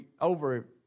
over